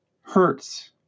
hurts